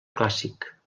clàssic